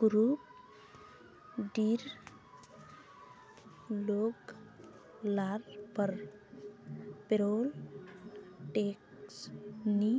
group डीर लोग लार पर पेरोल टैक्स नी